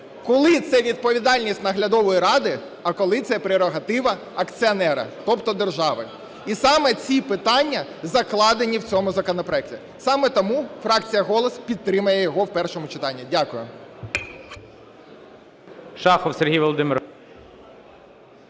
коли це відповідальність наглядової ради, а коли це прерогатива акціонера, тобто держави. І саме ці питання закладені в цьому законопроекті. Саме тому фракція "Голос" підтримає його в першому читанні. Дякую.